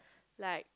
like